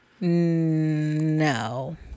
No